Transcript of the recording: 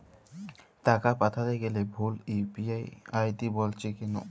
টাকা পাঠাতে গেলে ভুল ইউ.পি.আই আই.ডি বলছে কেনো?